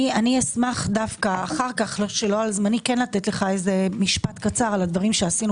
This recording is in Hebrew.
אשמח לתת לך משפט קצר על הדברים שעשינו